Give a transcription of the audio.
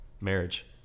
marriage